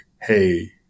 hey